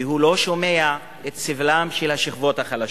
והוא לא שומע את סבלן של השכבות החלשות.